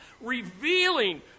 revealing